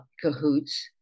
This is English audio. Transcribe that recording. cahoots